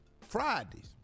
Fridays